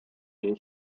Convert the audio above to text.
jej